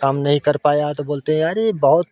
काम नहीं कर पाया तो बोलते हैं अरे बहुत